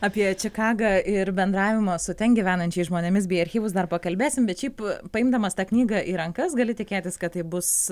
apie čikagą ir bendravimą su ten gyvenančiais žmonėmis bei archyvus dar pakalbėsim bet šiaip paimdamas tą knygą į rankas gali tikėtis kad tai bus